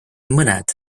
mõned